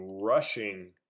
rushing